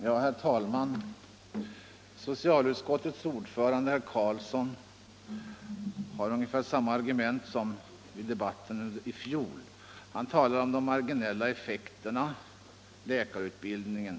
Herr talman! Socialutskottets ordförande herr Karlsson i Huskvarna har i dag ungefär samma argument som han hade under debatten i fjol. Han talar om de marginella effekterna och om läkarutbildningen.